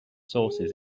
sources